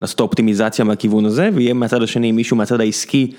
לעשות ת'אופטימיזציה מהכיוון הזה ויהיה מצד השני מישהו מצד העסקי.